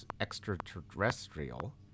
extraterrestrial